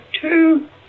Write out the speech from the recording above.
two